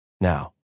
now